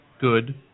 good